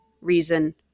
reason